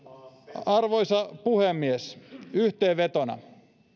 arvoisa puhemies yhteenvetona